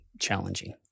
challenging